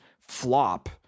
flop